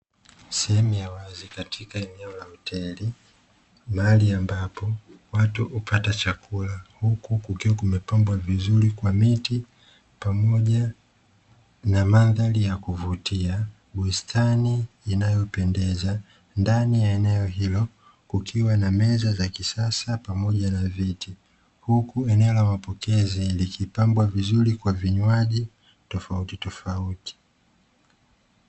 Sehemu ya wazi katika eneo la hoteli mahali ambapo watu hupata chakula huku kukiwa kumepambwa vizuri kwa miti pamoja na mandhari ya kuvutia ya bustani inayopendeza, ndani ya eneo hilo kukiwa na meza za kisasa pamoja na viti, huku eneo la mapokezi likipambwa vizuri kwa vinywaji tofauti tofauti.